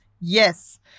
Yes